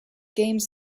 games